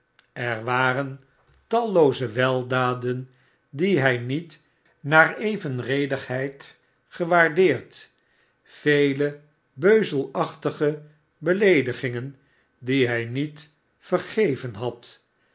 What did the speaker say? er waren tallooze weldaden die hij niet naar evenredigheid gewaardeerd vela beuzelachtige beleedigingen die hij niet vergeven had